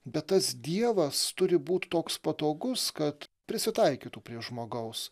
bet tas dievas turi būt toks patogus kad prisitaikytų prie žmogaus